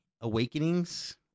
awakenings